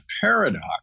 Paradox